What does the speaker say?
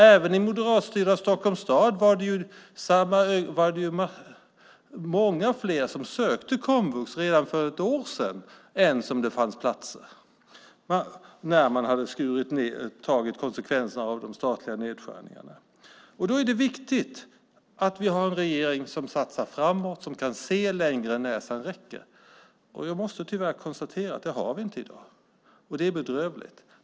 Även i moderatstyrda Stockholms stad var det många fler som sökte till komvux redan för ett år sedan än vad det fanns platser när man tagit konsekvenserna av de statliga nedskärningarna. Då är det viktigt att vi har en regering som satsar framåt och som kan se längre än näsan räcker. Jag måste tyvärr konstatera att vi inte har det i dag. Det är bedrövligt.